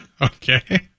Okay